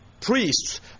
priests